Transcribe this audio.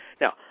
Now